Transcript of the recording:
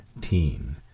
teen